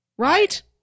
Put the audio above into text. right